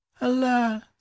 alas